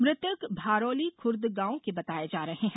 मृतक भारोली खूर्द गांव के बताए जा रहे हैं